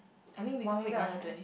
I mean we coming back on the twenty